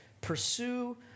pursue